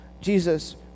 Jesus